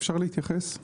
אפשר להתייחס?